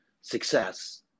Success